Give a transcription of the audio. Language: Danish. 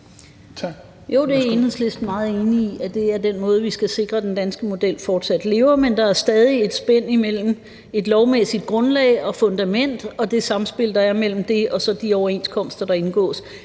Jo, det er Enhedslisten meget enig i er den måde vi skal sikre at den danske model fortsat lever på, men der er stadig et spænd imellem et lovmæssigt grundlag og fundament og det samspil, der er mellem det og så de overenskomster, der indgås.